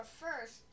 first